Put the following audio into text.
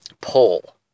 pull